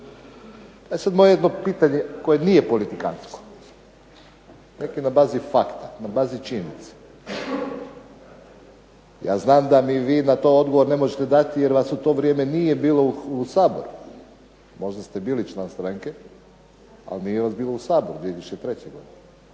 E sad moje jedno pitanje koje nije politikansko. Nek' je na bazi fakta, na bazi činjenice. Ja znam da mi vi na to odgovor ne možete dati jer vas u to vrijeme nije bilo u Saboru. Možda ste bili član stranke, ali nije vas bilo u Saboru 2003. godine.